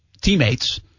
teammates